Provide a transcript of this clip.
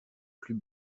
plus